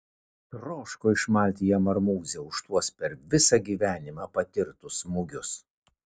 troško išmalti jam marmūzę už tuos per visą gyvenimą patirtus smūgius